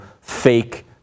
fake